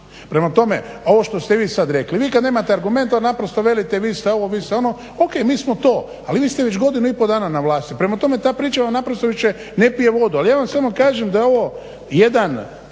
Prema tome, ovo što ste vi sad rekli, vi kad nemate argumenata naprosto velite vi ste ovo, vi ste ono. Ok, mi smo to, ali vi ste već godinu i pol dana na vlasti, prema tome ta priča vam naprosto više ne pije vodu. Ali ja vam samo kažem da je ovo jedan